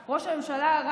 זאת גם הממשלה שלי.